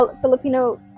Filipino